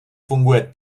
funguje